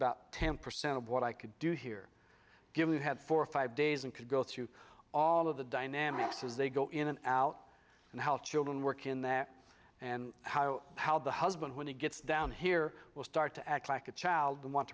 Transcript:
but tam percent of what i could do here give you had four or five days and could go through all of the dynamics as they go in and out and help children work in that and how how the husband when he gets down here will start to act like a child wan